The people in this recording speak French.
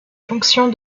fonctions